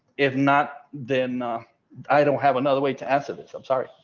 if not, then i don't have another way to answer this. i'm sorry.